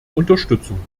unterstützung